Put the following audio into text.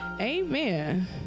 Amen